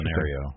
scenario